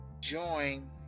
join